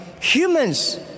Humans